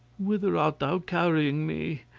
whither art thou carrying me?